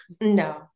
No